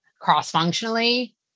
cross-functionally